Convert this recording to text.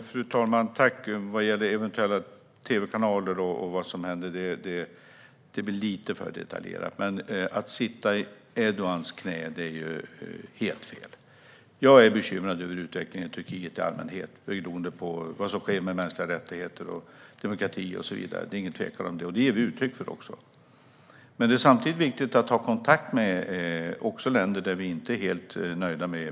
Fru talman! Vad gäller eventuella tv-kanaler och vad som händer blir det lite för detaljerat, men att sitta i Erdogans knä är helt fel. Jag är bekymrad över utvecklingen i Turkiet i allmänhet, beroende på vad som sker med mänskliga rättigheter, demokrati och så vidare. Det är ingen tvekan om det, och detta ger vi också uttryck för. Samtidigt är det viktigt att ha kontakt också med länder vars utveckling vi inte är helt nöjda med.